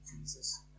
Jesus